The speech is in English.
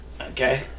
Okay